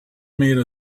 made